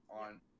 on